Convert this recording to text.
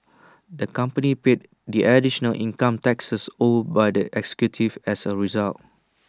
the company paid the additional income taxes owed by the executives as A result